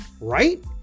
right